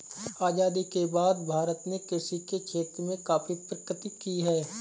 आजादी के बाद से भारत ने कृषि के क्षेत्र में काफी प्रगति की है